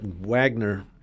wagner